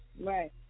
Right